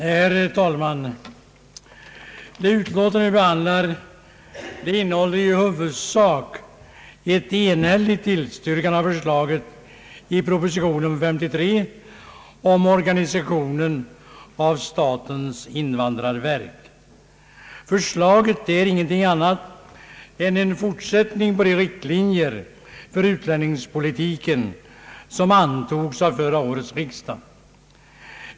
Herr talman! Det utlåtande vi nu behandlar innehåller i huvudsak en enhällig tillstyrkan av förslaget i proposition nr 53 om organisationen av statens invandrarverk. Förslaget är ingenting annat än en fortsättning på de riktlinjer för utlänningspolitiken som antogs av förra årets riksdag.